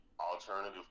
alternative